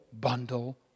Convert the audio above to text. bundle